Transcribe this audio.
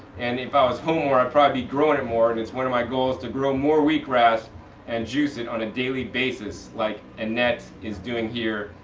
and if i was home where i'd probably be growing it more, and it's one of my goals to grow more wheatgrass and juice it on a daily basis like annette is doing here.